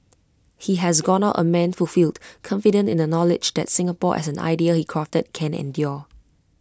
he has gone out A man fulfilled confident in the knowledge that Singapore as an idea he crafted can endure